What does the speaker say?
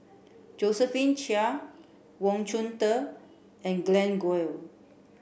Josephine Chia Wang Chunde and Glen Goei